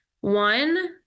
One